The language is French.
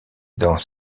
dans